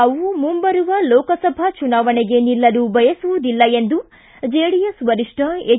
ತಾವು ಮುಂಬರುವ ಲೋಕಸಭಾ ಚುನಾವಣೆಗೆ ನಿಲ್ಲಲು ಬಯಸುವುದಿಲ್ಲ ಎಂದು ಜೆಡಿಎಸ್ ವರಿಷ್ಠ ಎಚ್